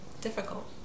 Difficult